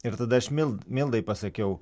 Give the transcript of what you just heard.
ir tada aš mil mildai pasakiau